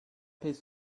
his